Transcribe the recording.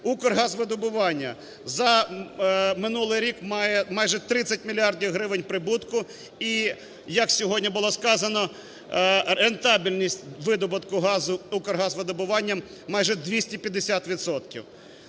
"Укргазвидобування" за минулий рік має майже 30 мільярдів гривень прибутку і, як сьогодні було сказано, рентабельність видобутку газу "Укргазвидобуванням" – майже 250